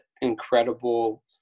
incredible